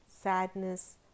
sadness